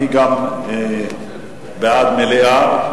אני גם בעד מליאה.